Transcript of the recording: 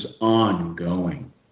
ongoing